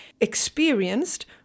experienced